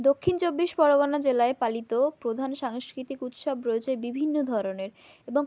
দক্ষিণ চব্বিশ পরগনা জেলায় পালিত প্রধান সাংস্কৃতিক উৎসব রয়েছে বিভিন্ন ধরনের এবং